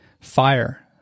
fire